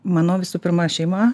mano visų pirma šeima